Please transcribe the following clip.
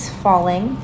falling